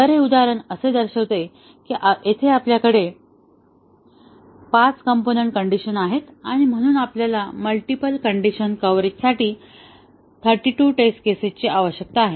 तर हे उदाहरण असे दर्शवते की येथे आपल्याकडे 5 कॉम्पोनन्ट कण्डिशन आहेत आणि म्हणून आपल्याला मल्टीपल कण्डिशन कव्हरेजसाठी 32 टेस्ट केसेसची आवश्यकता आहे